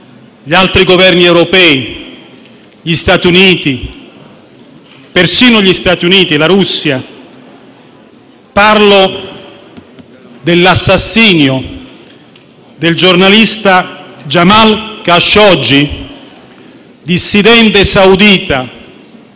gli altri Governi europei e persino gli Stati Uniti e la Russia. Parlo dell'assassinio del giornalista Jamal Khashoggi, dissidente saudita